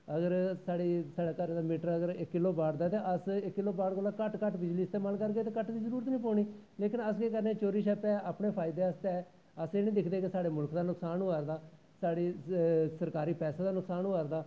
अगर साढ़ै घर मीटर इक किलो बॉट दा ऐ ते अस इक किलो बॉट कन्नै घट्ट घट्ट बिजली इस्तेमाल करगे ते कट्ट दी जरूरत गै नी पौनी लेकिन अस केह् करने चोरी छप्पै अपनै फायदै आस्तै अस एह् नी दिखदे कि साढ़े मुल्ख दा नुक्सान होआ दा साढ़े सरकारी पैसे दा नुक्सान होआ दा